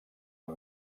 amb